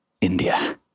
India